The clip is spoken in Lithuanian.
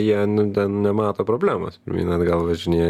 jie ten nemato problemos pirmyn atgal važinėja